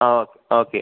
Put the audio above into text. ah okay okay